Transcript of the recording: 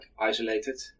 isolated